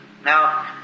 Now